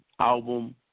album